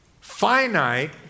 finite